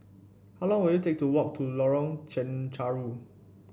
how long will it take to walk to Lorong Chencharu